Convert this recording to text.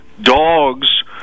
Dogs